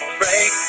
break